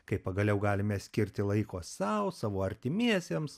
kai pagaliau galime skirti laiko sau savo artimiesiems